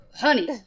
Honey